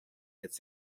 its